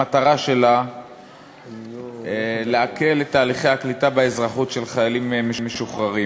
המטרה שלה להקל את תהליכי הקליטה באזרחות של חיילים משוחררים.